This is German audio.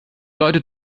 leute